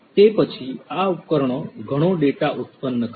તે પછી આ ઉપકરણો ઘણો ડેટા ઉત્પન્ન કરશે